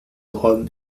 rome